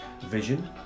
vision